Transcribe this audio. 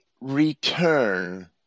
return